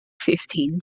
fifteen